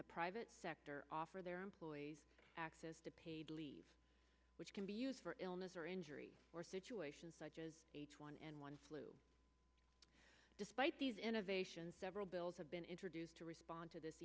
the private sector offer their employees access to paid leave which can be used for illness or injury or situations such as h one n one flu despite these innovations several bills have been introduced to respond to this